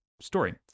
story